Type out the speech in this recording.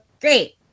Great